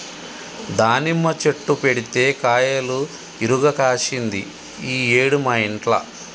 దానిమ్మ చెట్టు పెడితే కాయలు ఇరుగ కాశింది ఈ ఏడు మా ఇంట్ల